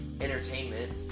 Entertainment